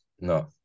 No